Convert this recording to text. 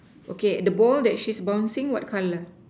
okay the ball that she's bouncing what color